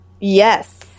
Yes